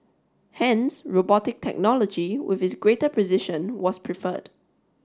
hence robotic technology with its greater precision was preferred